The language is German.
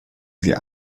sie